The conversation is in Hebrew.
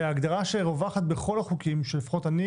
ההגדרה שרווחת בכל החוקים, שלפחות אני